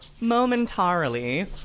momentarily